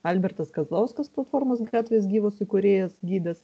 albertas kazlauskas platformos gatvės gyvos įkūrėjas gidas